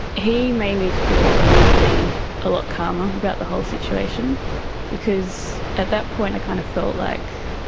he made me feel immediately a lot calmer about the whole situation because at that point i kind of felt like